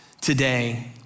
today